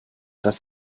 das